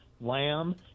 Lamb